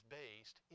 based